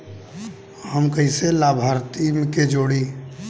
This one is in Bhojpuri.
हम कइसे लाभार्थी के जोड़ी?